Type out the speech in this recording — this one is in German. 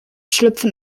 schlüpfen